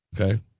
Okay